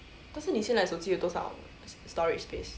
但是你现在的手机有多少 storage space